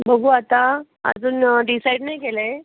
बघू आता अजून डिसाईड नाही केलं आहे